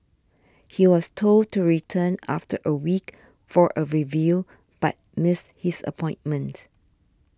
he was told to return after a week for a review but missed his appointment